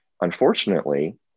unfortunately